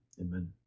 Amen